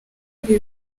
ari